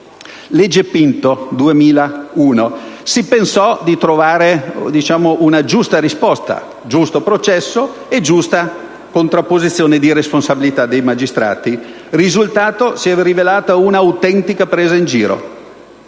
legge Pinto del 2001 si pensò di trovare una giusta risposta: giusto processo e giusta contrapposizione di responsabilità dei magistrati. Risultato: si è rilevata un'autentica presa in giro,